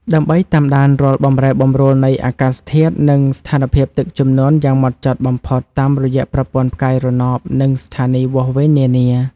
ដើម្បីតាមដានរាល់បម្រែបម្រួលនៃធាតុអាកាស និងស្ថានភាពទឹកជំនន់យ៉ាងហ្មត់ចត់បំផុតតាមរយៈប្រព័ន្ធផ្កាយរណប និងស្ថានីយវាស់វែងនានា។